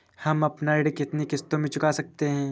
हम अपना ऋण कितनी किश्तों में चुका सकते हैं?